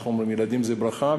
אנחנו אומרים: ילדים זה ברכה.